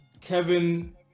kevin